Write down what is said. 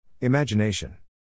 Imagination